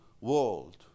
world